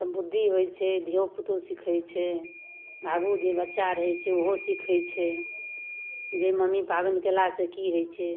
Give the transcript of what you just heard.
तऽ बुद्धि होइ छै धिओपुतो सिखै छै आगू जे बच्चा रहै छै ओहो सिखै छै जे मम्मी पाबनि कएलासँ कि होइ छै